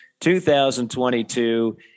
2022